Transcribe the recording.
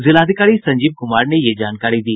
जिलाधिकारी संजीव कुमार ने यह जानकारी दी